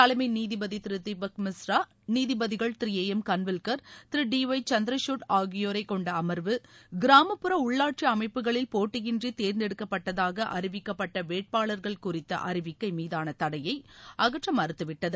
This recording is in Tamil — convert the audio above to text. தலைமை நீதிபதி திரு தீபக் மிஸ்ரா நீதிபதிகள் திரு ஏ எம் கன்வில்கர் திரு டி ஒய் சந்திரஞட் ஆகியோரைக் கொண்ட உள்ளாட்சி அமைப்புகளில் போட்டியின்றி தேர்ந்தெடுக்கப்பட்டதாக அறிவிக்கப்பட்ட வேட்பாளர்கள் குறித்த அறிவிக்கை மீதான தடையை அகற்ற மறுத்துவிட்டது